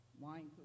wine